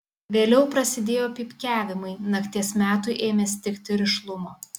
vėliau prasidėjo pypkiavimai nakties metui ėmė stigti rišlumo